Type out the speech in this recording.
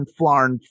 flarn